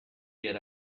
get